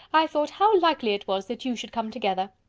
i thought how likely it was that you should come together.